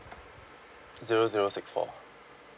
zero zero six four